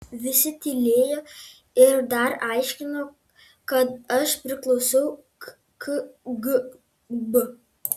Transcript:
visi tylėjo ir dar aiškino kad aš priklausau kgb